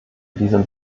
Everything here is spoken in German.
diesem